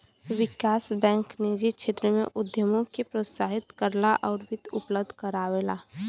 विकास bank निजी क्षेत्र में उद्यमों के प्रोत्साहित करला आउर वित्त उपलब्ध करावला